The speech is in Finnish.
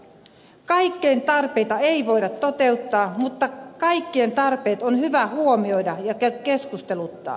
kaikkien tarpeita ei voida toteuttaa mutta kaikkien tarpeet on hyvä huomioida ja keskusteluttaa